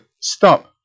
Stop